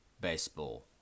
Baseball